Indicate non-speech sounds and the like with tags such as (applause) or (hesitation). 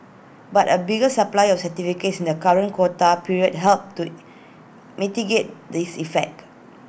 but A bigger supply of certificates in the current quota period helped to (hesitation) mitigate this effect